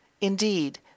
Indeed